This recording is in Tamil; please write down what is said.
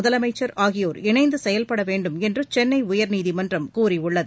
முதலமைச்சர் ஆகியோர் இணைந்து செயல்பட வேண்டும் என்று சென்னை உயர்நீதிமன்றம் கூறியுள்ளது